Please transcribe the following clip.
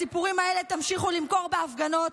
את הסיפורים האלה תמשיכו למכור בהפגנות,